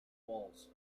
walls